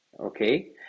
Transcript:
okay